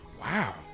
Wow